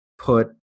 put